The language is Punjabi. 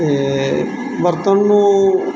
ਬਰਤਨ ਅਤੇ ਨੂੰ